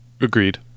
Agreed